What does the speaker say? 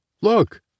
Look